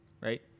right